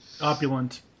Opulent